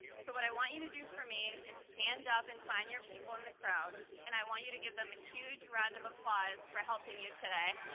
so what i want you to do for me is stand up and find your people in the crowd, and i want you to give them a huge round of applause for helping you today.